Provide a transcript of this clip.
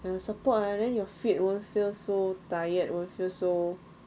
有 support ah then your feet won't feel so tired won't feel so